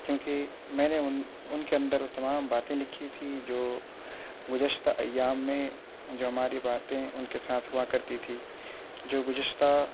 کیونکہ میں نے ان ان کے اندر وہ تمام باتیں لکھیں تھیں جو گزشتہ ایام میں جو ہماری باتیں ان کے ساتھ ہوا کرتی تھی جو گزشتہ